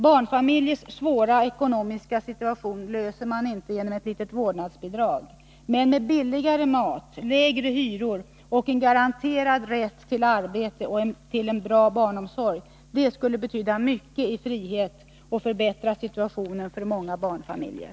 Barnfamiljers svåra ekonomiska situation löser man inte genom ett litet vårdnadsbidrag, utan med billigare mat, lägre hyror och en garanterad rätt till arbete och till en bra barnomsorg. Det skulle betyda mycket i frihet och förbättra situationen för många barnfamiljer.